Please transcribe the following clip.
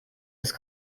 des